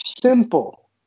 simple